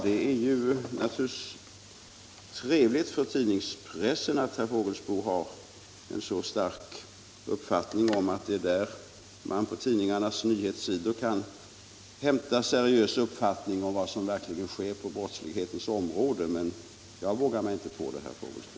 Det är naturligtvis trevligt för tidningspressen att herr Fågelsbo har en så bestämd uppfattning att det är på tidningarnas nyhetssidor man kan hämta seriös information om vad som verkligen sker på brottslighetens område. Jag vågar mig emellertid inte på att hävda det, herr Fågelsbo.